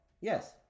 yes